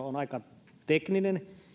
on aika tekninen